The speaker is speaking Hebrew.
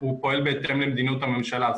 הוא פועל בהתאם למדיניות הממשלה.